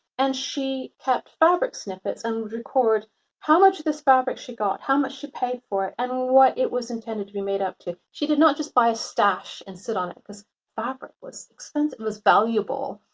and she kept fabric snippets and would record how much of this fabric she got, how much she paid for it and what it was intended to be made up to. she did not just buy stash and sit on it cause fabric was expensive, it was valuable.